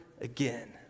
again